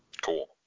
Cool